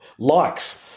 likes